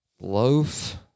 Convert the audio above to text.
Loaf